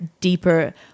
deeper